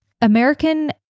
American